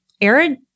Aaron